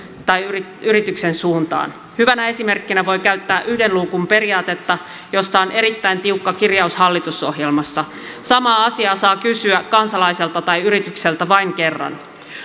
tai yrityksen suuntaan hyvänä esimerkkinä voi käyttää yhden luukun periaatetta josta on erittäin tiukka kirjaus hallitusohjelmassa samaa asiaa saa kysyä kansalaiselta tai yritykseltä vain kerran